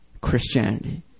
Christianity